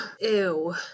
Ew